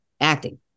acting